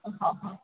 હા હા